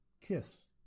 kiss